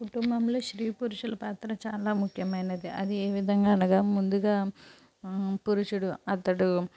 కుటుంబంలో స్త్రీ పురుషుల పాత్ర చాలా ముఖ్యమైనది అది ఏవిధంగా అనగా ముందుగా పురుషుడు అతడు